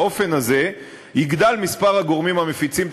באופן הזה יגדל מספר הגורמים המפיצים את